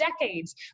decades